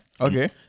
okay